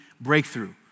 breakthrough